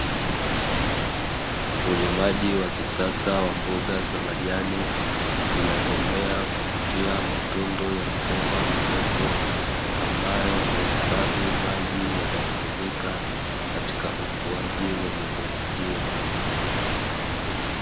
Ulimaji wa kisasa wa mboga za majani zinazomea kupitia matundu ya mabomba marefu, ambayo huhifadhi maji yanayotumika katika ukuaji wa mimea hiyo.